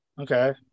Okay